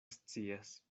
scias